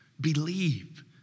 Believe